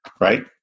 right